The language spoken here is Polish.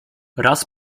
raz